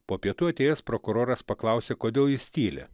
po pietų atėjęs prokuroras paklausė kodėl jis tyli